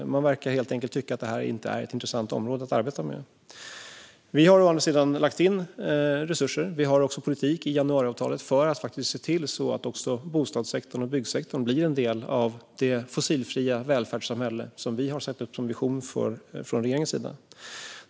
Man verkar helt enkelt tycka att detta inte är ett intressant område att arbeta med. Vi har å andra sidan lagt in resurser. Vi har också politik i januariavtalet för att se till att även bostadssektorn och byggsektorn blir en del av det fossilfria välfärdssamhälle som vi har satt upp som vision från regeringens sida.